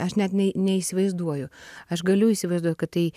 aš net nei neįsivaizduoju aš galiu įsivaizduot kad tai